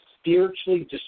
spiritually